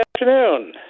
afternoon